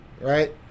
right